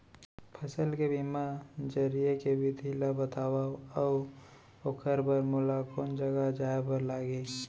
फसल के बीमा जरिए के विधि ला बतावव अऊ ओखर बर मोला कोन जगह जाए बर लागही?